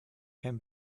can